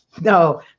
No